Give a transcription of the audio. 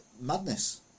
madness